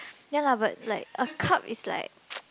ya lah but like a cup is